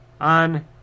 on